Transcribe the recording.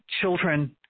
children